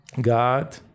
God